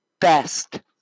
best